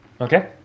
Okay